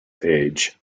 age